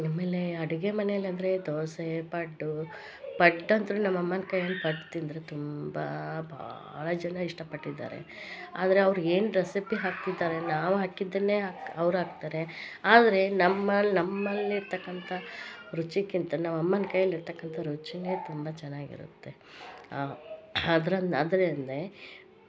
ಅಮೇಲೆ ಅಡಿಗೆ ಮನೇಲಿ ಅಂದರೆ ದೋಸೆ ಪಡ್ಡು ಪಡ್ಡು ಅಂತ್ರು ನಮ್ಮಮ್ಮನ ಕೈಯಲ್ಲಿ ಪಡ್ಡು ತಿಂದರೆ ತುಂಬಾ ಭಾಳ ಜನ ಇಷ್ಟಪಟ್ಟಿದ್ದಾರೆ ಅಂದರೆ ಅವರು ಏನು ರೆಸಿಪಿ ಹಾಕ್ತಿದಾರೆ ನಾವು ಹಾಕಿದ್ದನ್ನೇ ಅವರು ಹಾಕ್ತಾರೆ ಆದರೆ ನಮ್ಮ ನಮ್ಮಲ್ಲಿರ್ತಕ್ಕಂಥ ರುಚಿಕ್ಕಿಂತ ನಮ್ಮಮ್ಮನ ಕೈಯಲ್ಲಿ ಇರ್ತಕ್ಕಂಥ ರುಚೀನೇ ತುಂಬ ಚೆನ್ನಾಗಿರುತ್ತೆ ಅದ್ರಂದ ಅದರಿಂದೆ